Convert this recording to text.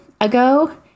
ago